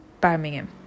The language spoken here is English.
Birmingham